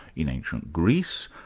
in ancient greece,